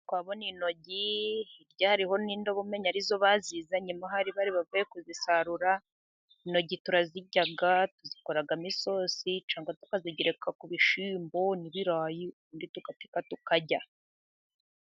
Murabona intoryi, hirya hariho n' indobo umenya ari zo bazizanye nyuma ahari bari bavuye kuzisarura, intoryi turazirya ,tuzikoramo isosi ,tukazigereka ku bishyimbo ,n'ibirayi undi tugatika tukarya.